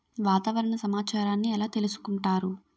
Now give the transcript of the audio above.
వాతావరణ సమాచారాన్ని ఎలా తెలుసుకుంటారు?